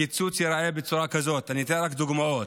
הקיצוץ ייראה בצורה כזאת, אני אתן רק דוגמאות: